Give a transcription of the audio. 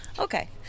Okay